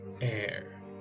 air